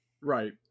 right